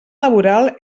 laboral